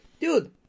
dude